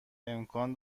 امکان